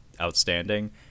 outstanding